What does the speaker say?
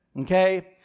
okay